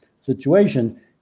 situation